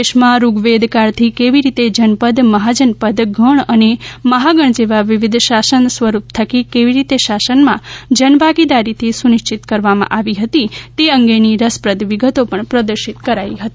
દેશમાં ઋગવેદકાળથી કેવી રીતે જનપદ મહાજનપદ ગણ અને મહાગણ જેવા વિવિધ શાસન સ્વરૂપ થકી કેવી રીતે શાસનમાં જનભાગીદારી સુનિશ્ચિત કરવામાં આવતી હતી તે અંગેની રસપ્રદ વિગતો પણ પ્રદર્શિત કરવામાં આવી છે